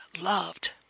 loved